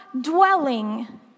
dwelling